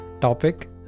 topic